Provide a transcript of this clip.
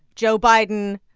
joe biden,